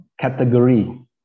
category